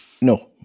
No